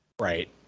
Right